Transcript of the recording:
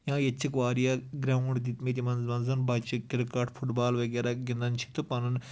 یا ییٚتہِ چھِکھ واریاہ گراوُنڈ دِتۍ مٕتۍ یِمن منٛزن بَچہِ چھِ کِرکٹ فٹ بال وغیرہ گنٛدان چھِ تہٕ پَنُن